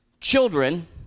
children